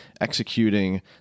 executing